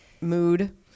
mood